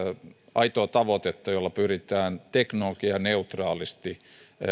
aitoa tavoitetta jolla pyritään teknologianeutraalisti